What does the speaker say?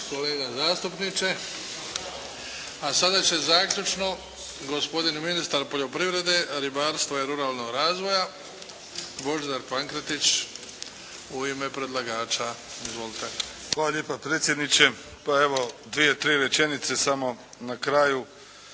A sada će zaključno gospodin ministar poljoprivrede, ribarstva i ruralnog razvoja Božidar Pankretić u ime predlagača. Izvolite. **Pankretić, Božidar (HSS)** Hvala lijepa predsjedniče. Pa evo dvije, tri rečenice samo na kraju.